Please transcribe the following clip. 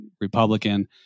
Republican